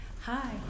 Hi